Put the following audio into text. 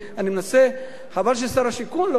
חבל ששר השיכון לא פה,